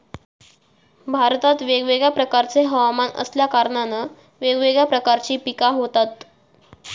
भारतात वेगवेगळ्या प्रकारचे हवमान असल्या कारणान वेगवेगळ्या प्रकारची पिका होतत